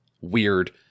weird